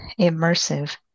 immersive